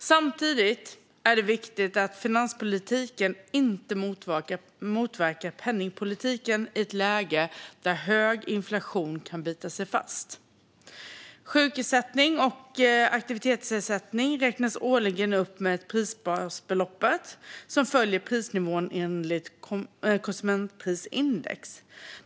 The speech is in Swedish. Samtidigt är det viktigt att finanspolitiken inte motverkar penningpolitiken i ett läge där hög inflation kan bita sig fast. Sjukersättning och aktivitetsersättning räknas årligen upp med prisbasbeloppet, som följer prisnivån enligt konsumentprisindex.